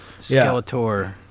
Skeletor